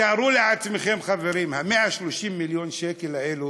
תארו לעצמכם, חברים, 130 מיליון השקלים האלו,